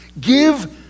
Give